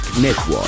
Network